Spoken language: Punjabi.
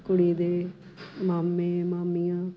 ਕੁੜੀ ਦੇ ਮਾਮੇ ਮਾਮੀਆਂ